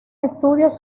estudios